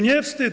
Nie wstyd.